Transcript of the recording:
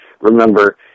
Remember